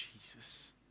Jesus